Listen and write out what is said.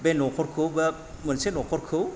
बे न'खरखौ बा मोनसे न'खरखौ